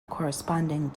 corresponding